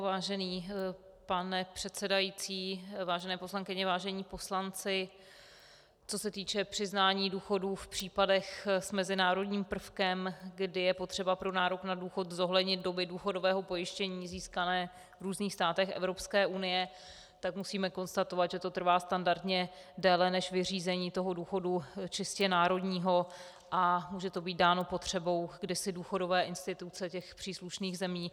Vážený pane předsedající, vážené poslankyně, vážení poslanci, co se týče přiznání důchodů v případech s mezinárodním prvkem, kdy je potřeba pro nárok na důchod zohlednit doby důchodového pojištění získané v různých státech Evropské unie, musíme konstatovat, že to trvá standardně déle než vyřízení důchodu čistě národního a může to být dáno potřebou kdysi důchodové instituce těch příslušných zemí.